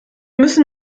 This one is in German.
müssen